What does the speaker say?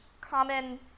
common